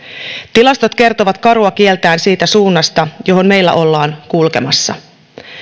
tilastot kertovat karua kieltään siitä suunnasta johon meillä ollaan kulkemassa